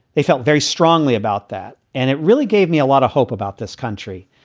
they felt very strongly about that. and it really gave me a lot of hope about this country.